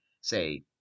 say